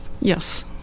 Yes